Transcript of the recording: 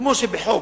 כמו שבחוק,